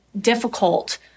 difficult